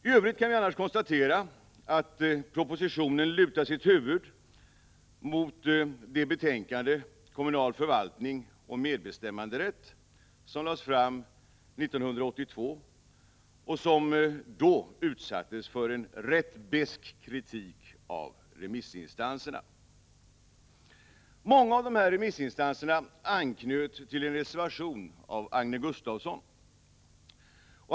I övrigt kan vi konstatera att propositionen lutar sitt huvud mot det betänkande, Kommunal förvaltning och medbestämmanderätt, som lades fram 1982 och som då utsattes för en rätt besk kritik av remissinstanserna. Många av dem anknöt till en reservation av Agne Gustafsson.